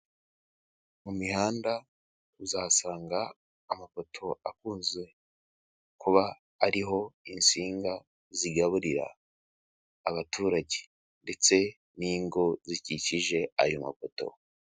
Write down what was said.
Mu mihanda uzahasanga amapoto akunze kuba ariho insinga zigaburira abaturage ndetse n'ingo zikikije ayo mapoto.